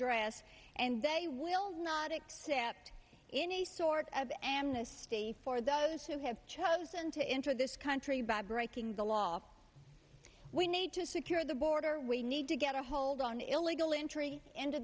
address and they will not accept any sort of amnesty for those who have chosen to enter this country by breaking the law we need to secure the border we need to get a hold on illegal entry into